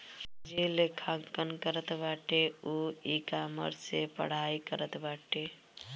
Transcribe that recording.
जे लेखांकन करत बाटे उ इकामर्स से पढ़ाई करत बाटे